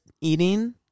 eating